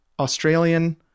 Australian